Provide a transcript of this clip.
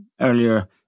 earlier